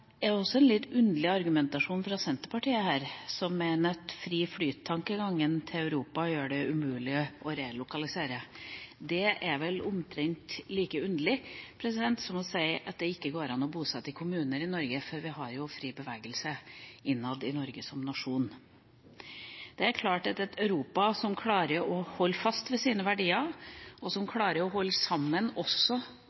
fra Senterpartiet er litt underlig, at fri flyt-tankegangen i Europa gjør relokalisering umulig. Dette er omtrent like underlig som å si at det ikke går an å bosette i kommuner i Norge fordi vi har fri bevegelse innad i Norge som nasjon. Når Europa klarer å holde fast ved sine verdier, klarer å holde sammen også